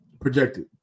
projected